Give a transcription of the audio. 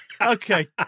Okay